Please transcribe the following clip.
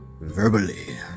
verbally